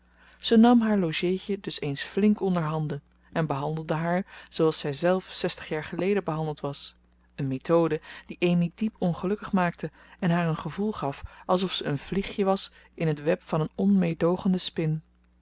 ze nam haar logéetje dus eens flink onderhanden en behandelde haar zooals zij zelf zestig jaar geleden behandeld was een methode die amy diep ongelukkig maakte en haar een gevoel gaf alsof ze een vliegje was in het web van een onmeedoogende spin